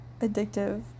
addictive